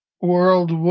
world